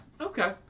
Okay